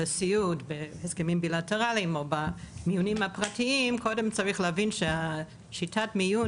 סיעוד והסכמים בילטרליים או במיונים הפרטים קודם צריך להבין ששיטת המיון